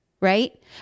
right